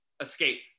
escape